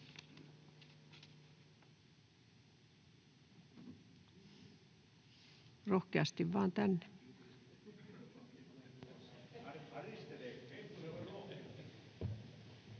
Rohkeasti vaan tänne.